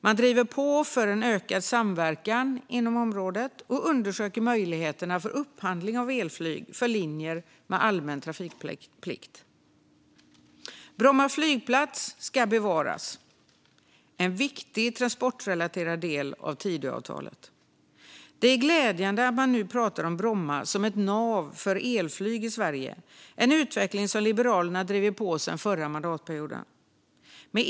Man driver på för en ökad samverkan inom området och undersöker möjligheterna till upphandling av elflyg för linjer med allmän trafikplikt. Bromma flygplats ska bevaras; detta är en viktig transportrelaterad del av Tidöavtalet. Det är glädjande att man nu pratar om Bromma som ett nav för elflyg i Sverige, en utveckling som Liberalerna drivit på sedan förra mandatperioden.